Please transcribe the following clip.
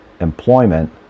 employment